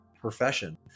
profession